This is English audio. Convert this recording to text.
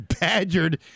badgered